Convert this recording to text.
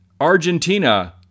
Argentina